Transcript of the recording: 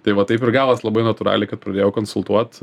tai va taip ir gavos labai natūraliai kad pradėjau konsultuot